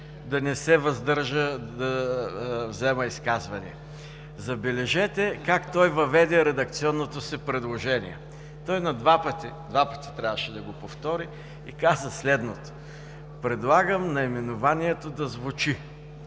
да не се въздържа и да взема изказване. Забележете как той въведе редакционното си предложение. Той на два пъти – два пъти трябваше да го повтори, и каза следното: „Предлагам наименованието да звучи…“